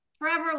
Forever